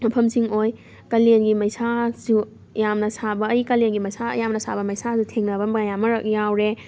ꯃꯐꯝꯁꯤꯡ ꯑꯣꯏ ꯀꯥꯂꯦꯟꯒꯤ ꯃꯩꯁꯥꯁꯨ ꯌꯥꯝꯅ ꯁꯥꯕ ꯑꯩ ꯀꯥꯂꯦꯟꯒꯤ ꯃꯩꯁꯥ ꯌꯥꯝꯅ ꯁꯥꯕ ꯃꯩꯁꯥꯁꯨ ꯊꯦꯡꯅꯕ ꯃꯌꯥꯝꯃꯔꯛ ꯌꯥꯎꯔꯦ